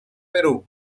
perú